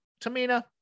Tamina